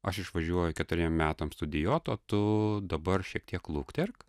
aš išvažiuoju keturiem metams studijuot o tu dabar šiek tiek lukterk